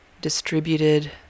distributed